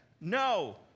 No